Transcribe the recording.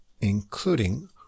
including